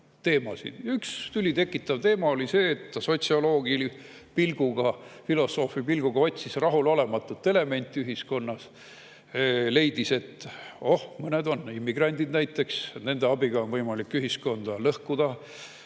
teemasid. Üks tüli tekitav teema oli see, et ta sotsioloogi pilguga, filosoofi pilguga otsis rahulolematut elementi ühiskonnas. Ta leidis, et oh, mõned sellised on, immigrandid näiteks, nende abiga on võimalik ühiskonda lõhkuda,